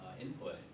input